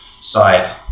side